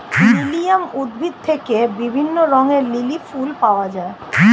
lilium উদ্ভিদ থেকে বিভিন্ন রঙের লিলি ফুল পাওয়া যায়